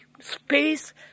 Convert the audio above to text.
space